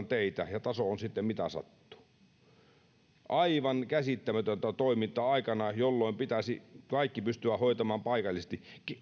taso on sitten mitä sattuu aivan käsittämätöntä toimintaa aikana jolloin pitäisi kaikki pystyä hoitamaan paikallisesti